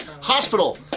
Hospital